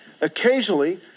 Occasionally